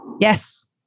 Yes